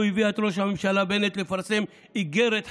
הביאה את ראש הממשלה בנט לפרסם איגרת חרדה.